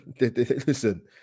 listen